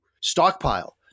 stockpile